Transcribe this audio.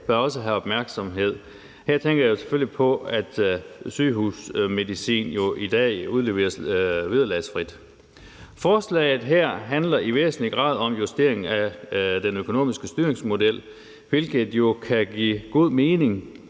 bør også have opmærksomhed. Her tænker jeg selvfølgelig på, at sygehusmedicin jo i dag udleveres vederlagsfrit. Forslaget her handler i væsentlig grad om justering af den økonomiske styringsmodel, hvilket jo kan give god mening,